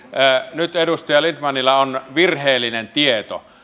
nyt edustaja lindtmanilla on virheellinen tieto